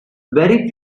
very